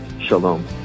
Shalom